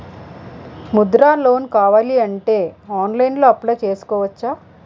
Mudra loan కావాలి అంటే ఆన్లైన్లో అప్లయ్ చేసుకోవచ్చా?